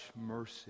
mercy